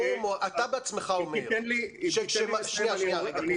אתה בעצמך אומר ש --- אם תיתן לי אני אראה לך